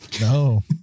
No